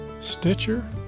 Stitcher